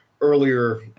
earlier